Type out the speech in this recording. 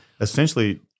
essentially